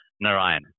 Narayan